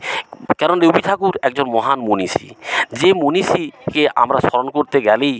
কারণ রবি ঠাকুর একজন মহান মনীষী যে মনীষীকে আমরা স্মরণ করতে গেলেই